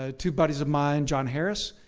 ah two buddies of mine, john harris,